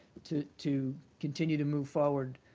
to to continue to move forward